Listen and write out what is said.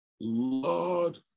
Lord